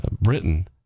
Britain